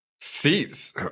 seats